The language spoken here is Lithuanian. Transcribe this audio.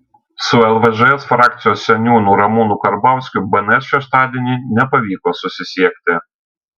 su lvžs frakcijos seniūnu ramūnu karbauskiu bns šeštadienį nepavyko susisiekti